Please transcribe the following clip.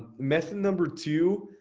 method number two,